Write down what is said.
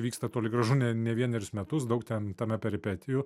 vyksta toli gražu ne ne vienerius metus daug ten tame peripetijų